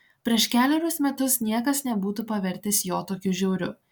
prieš kelerius metus niekas nebūtų pavertęs jo tokiu žiauriu